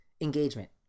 engagement